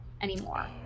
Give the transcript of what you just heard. anymore